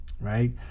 right